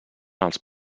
els